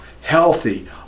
healthy